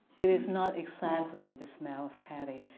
it is not exactly the smell of caddy,